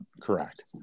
correct